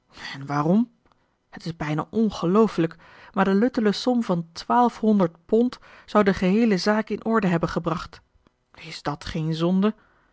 waarom het is bijna ongelooflijk maar de luttele som van twaalfhonderd pond zou de geheele zaak in orde hebben gebracht is dat geen zonde